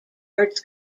arts